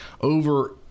over